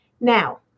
Now